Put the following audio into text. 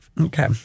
Okay